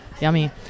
Yummy